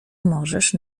możesz